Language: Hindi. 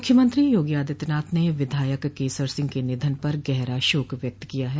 मख्यमंत्री योगी आदित्यनाथ ने विधायक केसर सिंह के निधन पर गहरा शोक व्यक्त किया है